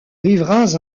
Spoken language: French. riverains